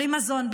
בלי מזון,